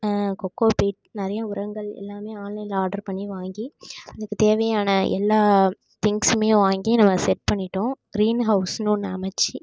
kho kho peat நிறைய உரங்கள் எல்லாமே ஆன்லைனில் ஆர்டர் பண்ணி வாங்கி அதுக்குத் தேவையான எல்லா திங்க்ஸுமே வாங்கி நாங்க செட் பண்ணிட்டோம் க்ரீன் ஹவுஸ்னு ஒன்று அமைச்சு